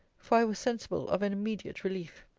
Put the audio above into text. for i was sensible of an immediate relief.